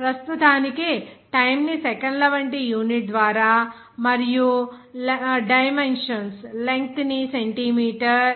ప్రస్తుతానికి టైమ్ ని సెకన్ల వంటి యూనిట్ ద్వారా మరియు డైమెన్షన్స్ లెంగ్త్ ని సెంటీమీటర్